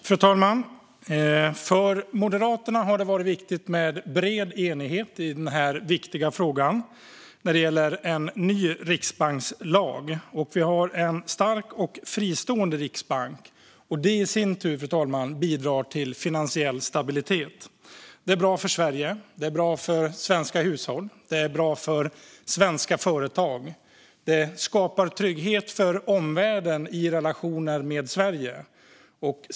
Fru talman! För Moderaterna har det varit viktigt med bred enighet i denna viktiga fråga om en ny riksbankslag. Vi har en stark och fristående riksbank. Det i sin tur, fru talman, bidrar till finansiell stabilitet. Det är bra för Sverige, det är bra för svenska hushåll och det är bra för svenska företag. Det skapar trygghet för omvärlden i relationer med Sverige.